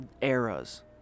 Eras